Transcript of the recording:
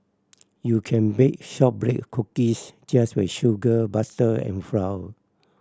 you can bake shortbread cookies just with sugar butter and flour